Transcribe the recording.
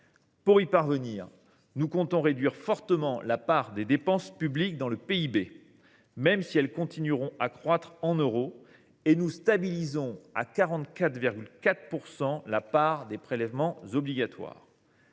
Pour y parvenir, nous comptons réduire fortement la part des dépenses publiques dans le PIB, même si elles continueront à croître en euros, et nous stabilisons à 44,4 % la part des prélèvements obligatoires.